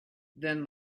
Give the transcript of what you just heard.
then